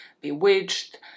Bewitched